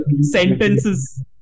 sentences